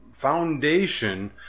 foundation